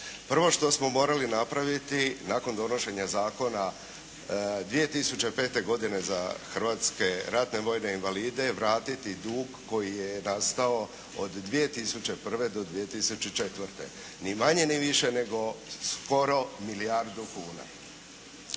Prvo što smo morali napraviti nakon donošenja zakona 2005. godine za hrvatske ratne vojne invalide, vratiti dug koji je nastao od 2001. do 2004. ni manje ni više nego skoro milijardu kuna.